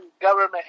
government